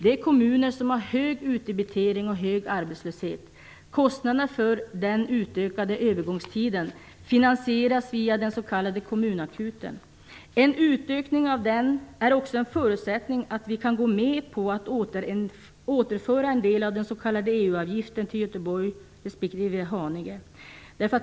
Det är kommuner som har hög utdebitering och hög arbetslöshet. Kostnaderna för den utökade övergångstiden finansieras via den s.k. kommunakuten. En utökning av den är också en förutsättning för att vi skall kunna gå med på att återföra en del av den s.k. EU-avgiften till Göteborg respektive Haninge.